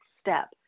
step